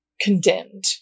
condemned